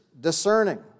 discerning